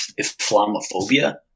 Islamophobia